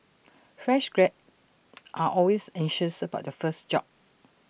fresh grey are always anxious about their first job